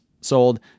sold